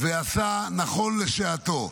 ועשה נכון לשעתו.